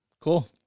Cool